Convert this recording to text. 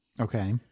Okay